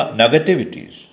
negativities